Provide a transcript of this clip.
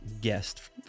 guest